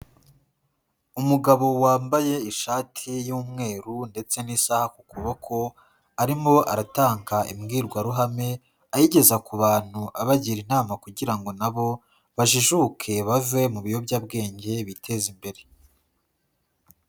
Umugabo wambaye ishati y'umweru ndetse n'isaha ku kuboko, arimo aratanga imbwirwaruhame, ayigeza ku bantu abagira inama kugira ngo na bo bajijuke bave mu biyobyabwenge biteze imbere.